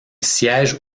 siège